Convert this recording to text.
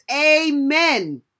Amen